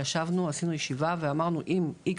עשינו ישיבה ואמרנו אם X,